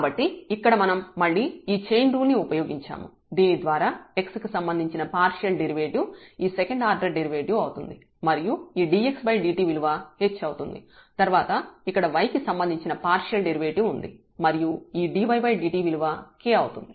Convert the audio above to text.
కాబట్టి ఇక్కడ మనం మళ్ళీ ఈ చైన్ రూల్ ని ఉపయోగించాము దీని ద్వారా x కి సంబంధించిన పార్షియల్ డెరివేటివ్ ఈ సెకండ్ ఆర్డర్ డెరివేటివ్ అవుతుంది మరియు ఈ dxdt విలువ h అవుతుంది తర్వాత ఇక్కడ y కి సంబంధించిన పార్షియల్ డెరివేటివ్ ఉంది మరియు ఈ dydt విలువ k అవుతుంది